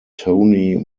tony